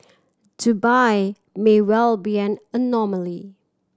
Dubai may well be an anomaly